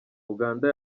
uganda